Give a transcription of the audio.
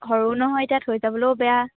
সৰু নহয় এতিয়া থৈ যাবলৈয়ো বেয়া